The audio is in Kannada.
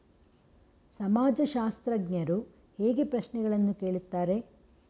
ಸಮಾಜಶಾಸ್ತ್ರಜ್ಞರು ಹೇಗೆ ಪ್ರಶ್ನೆಗಳನ್ನು ಕೇಳುತ್ತಾರೆ?